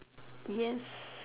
yes